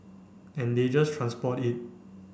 and they just transport it